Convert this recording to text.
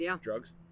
drugs